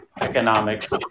economics